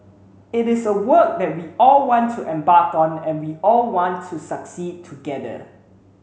it is a work that we all want to embark on and we all want to succeed together